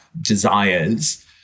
desires